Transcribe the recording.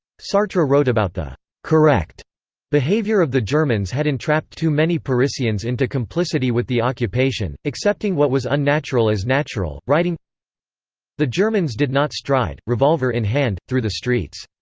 sartre wrote about the correct behavior of the germans had entrapped entrapped too many parisians into complicity with the occupation, accepting what was unnatural as natural, writing the germans did not stride, revolver in hand, through the streets.